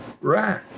Right